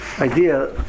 idea